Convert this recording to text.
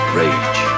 rage